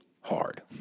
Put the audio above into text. hard